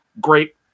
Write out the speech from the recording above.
great